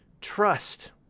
trust